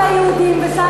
שר ליהודים ושר